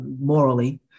morally